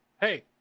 Hey